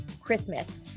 CHRISTMAS